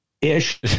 Ish